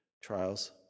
trials